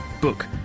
book